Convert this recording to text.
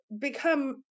become